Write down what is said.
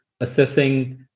assessing